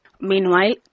Meanwhile